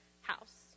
house